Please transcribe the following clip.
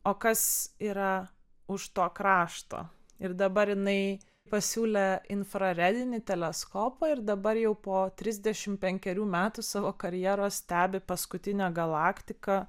o kas yra už to krašto ir dabar jinai pasiūlė infraredinį teleskopą ir dabar jau po trisdešimt penkerių metų savo karjeros stebi paskutinę galaktiką